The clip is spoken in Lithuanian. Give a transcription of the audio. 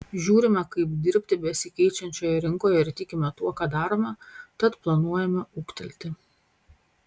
žiūrime kaip dirbti besikeičiančioje rinkoje ir tikime tuo ką darome tad planuojame ūgtelėti